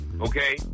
Okay